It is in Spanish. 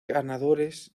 ganadores